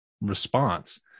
response